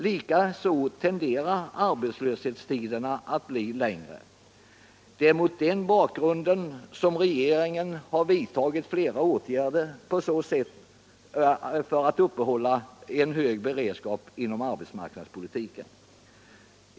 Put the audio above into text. Likaså tenderar arbetslöshetstiderna att bli längre. Det är mot den bakgrunden regeringen har vidtagit flera åtgärder för att uppehålla en hög beredskap inom arbetsmarknadspolitiken.